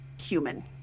human